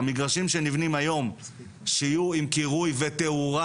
המגרשים שנבנים היום, שיהיו עם קירוי ותאורה.